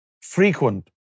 frequent